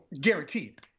guaranteed